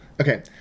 Okay